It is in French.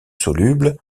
soluble